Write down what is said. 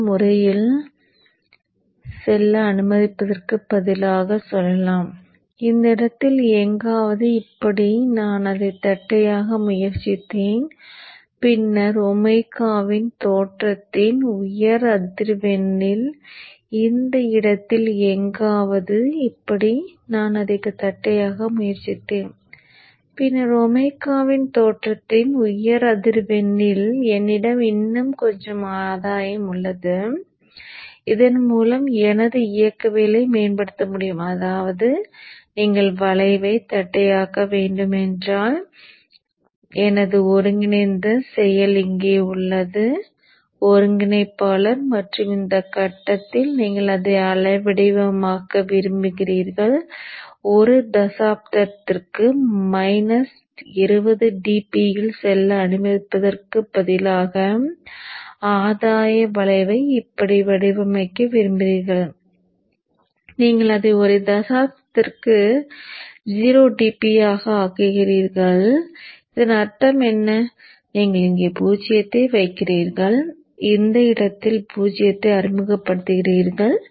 இந்த முறையில் செல்ல அனுமதிப்பதற்குப் பதிலாகச் சொல்லலாம் இந்த இடத்தில் எங்காவது இப்படி நான் அதை தட்டையாக்க முயற்சித்தேன் பின்னர் ஒமேகாவின் தோற்றத்தின் உயர் அதிர்வெண்ணில் இந்த இடத்தில் எங்காவது இப்படி நான் அதை தட்டையாக்க முயற்சித்தேன் பின்னர் ஒமேகாவின் தோற்றத்தின் உயர் அதிர்வெண்ணில் என்னிடம் இன்னும் கொஞ்சம் ஆதாயம் உள்ளது இதன் மூலம் எனது இயக்கவியலை மேம்படுத்த முடியும் அதாவது நீங்கள் வளைவைத் தட்டையாக்க வேண்டும் என்றால் எனது ஒருங்கிணைந்த செயல் இங்கே உள்ளது ஒருங்கிணைப்பாளர் மற்றும் இந்த கட்டத்தில் நீங்கள் அதை அலைவடிவமாக்க விரும்புகிறீர்கள் ஒரு தசாப்தத்திற்கு மைனஸ் 20 dB இல் செல்ல அனுமதிப்பதற்குப் பதிலாக ஆதாய வளைவை இப்படி வடிவமைக்க விரும்புகிறீர்கள் நீங்கள் அதை ஒரு தசாப்தத்திற்கு 0 dB ஆக ஆக்குகிறீர்கள் இதன் அர்த்தம் என்ன நீங்கள் இங்கே பூஜ்ஜியத்தை வைக்கிறீர்கள் இந்த இடத்தில் பூஜ்ஜியத்தை அறிமுகப்படுத்துகிறீர்கள்